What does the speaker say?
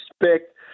respect